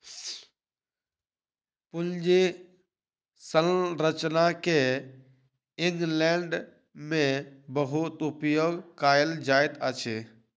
पूंजी संरचना के इंग्लैंड में बहुत उपयोग कएल जाइत अछि